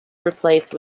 replaced